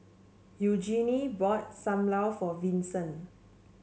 Eugenie bought Sam Lau for Vincent